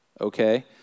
Okay